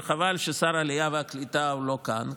וחבל ששר העלייה והקליטה לא כאן,